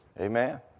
Amen